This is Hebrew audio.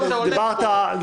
לדבר.